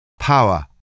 Power